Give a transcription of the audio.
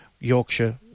Yorkshire